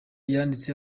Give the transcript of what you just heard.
yanditse